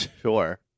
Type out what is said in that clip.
Sure